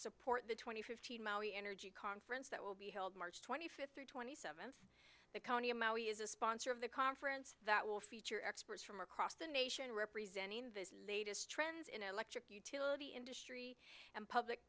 support the twenty fifth energy conference that will be held march twenty fifth twenty seventh the county of maui is a sponsor of the conference that will feature experts from across the nation representing this latest trends in electric utility industry and public